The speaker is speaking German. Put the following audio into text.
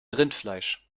rindfleisch